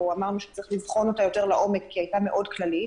ואמרנו שצריך לבחון אותה יותר לעומק כי היא הייתה מאוד כללית.